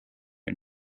and